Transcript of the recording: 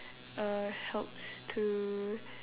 uh helps to